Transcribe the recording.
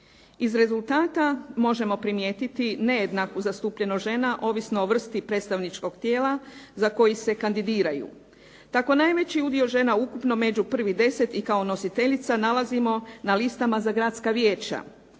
Iz rezultata možemo primijetiti nejednaku zastupljenost žena ovisno o vrsti predstavničkog tijela za koji se kandidiraju. Kako najveći udio žena ukupno među prvih deset i kao nositeljica nalazimo na listama za gradska vijeća.